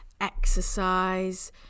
exercise